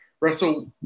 Russell